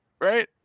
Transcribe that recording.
Right